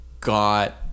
got